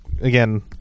again